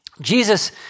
Jesus